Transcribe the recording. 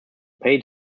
pay